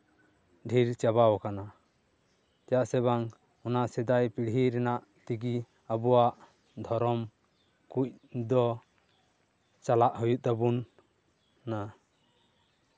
ᱰᱷᱮᱨ ᱪᱟᱵᱟ ᱟᱠᱟᱱᱟ ᱪᱮᱫᱟᱜ ᱥᱮ ᱵᱟᱝ ᱚᱱᱟ ᱥᱮᱫᱟᱭ ᱯᱤᱲᱦᱤ ᱨᱮᱭᱟᱜ ᱛᱮᱜᱮ ᱟᱵᱚᱣᱟᱜ ᱫᱷᱚᱨᱚᱢ ᱠᱚ ᱫᱚ ᱪᱟᱞᱟᱜ ᱦᱩᱭᱩᱜ ᱛᱟᱵᱚᱱᱟ